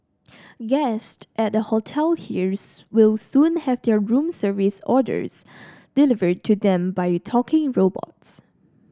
guest at a hotel here's will soon have their room service orders delivered to them by talking robots